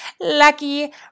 lucky